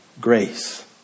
grace